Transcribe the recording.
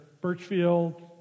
Birchfield